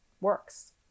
works